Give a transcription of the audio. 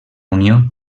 unió